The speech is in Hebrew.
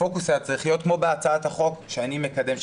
כמו בהצעת החוק שאני מקדם,